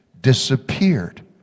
disappeared